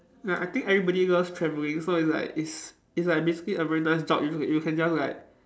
ya I think everybody loves travelling so it's like it's it's like basically a very nice job you you can just like